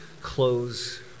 close